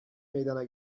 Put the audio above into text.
meydana